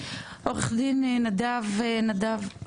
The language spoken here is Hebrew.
עורך דין נדב שמיר.